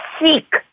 seek